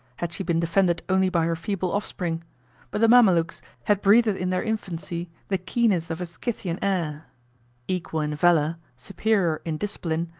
had she been defended only by her feeble offspring but the mamalukes had breathed in their infancy the keenness of a scythian air equal in valor, superior in discipline,